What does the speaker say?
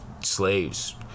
slaves